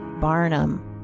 Barnum